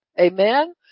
amen